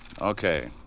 Okay